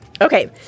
Okay